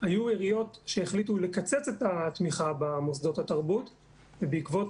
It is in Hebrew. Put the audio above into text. היו עיריות שהחליטו לקצץ את התמיכה במוסדות התרבות ובעקבות